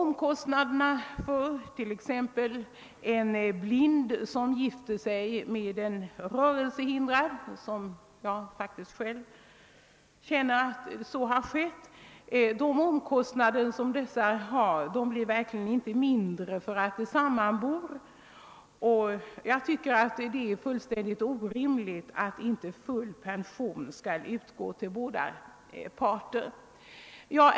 Omkostnaderna för exempelvis en blind som gifter sig med en rörelsehindrad — jag känner själv till ett sådant fall — blir heller inte mindre för att de två sammanbor. Jag tycker därför att det är helt orimligt att inte full pension skall utgå till båda parter.